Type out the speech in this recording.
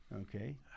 Okay